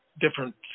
different